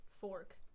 Fork